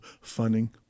funding